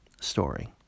story